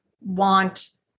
want